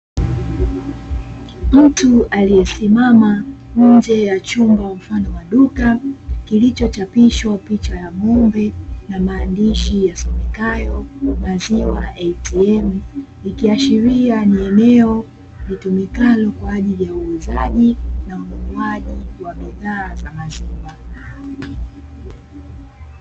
Mtu aliyesimama nje ya chumba mfano wa duka, kilichochapishwa picha ya ng'ombe na maandishi yasomekayo "maziwa ATM" ikiashiria ni eneo litumikalo kwa ajili ya uuzaji na ununuaji wa bidhaa za maziwa.